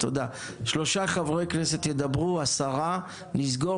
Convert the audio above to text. שלושה חברי כנסת ידברו ולאחר מכן נסגור